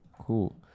Cool